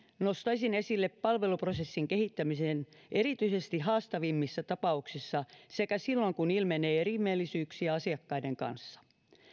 nostaisin esille palveluprosessin kehittämisen erityisesti haastavimmissa tapauksissa sekä silloin kun ilmenee erimielisyyksiä asiakkaiden kanssa